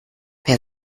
wer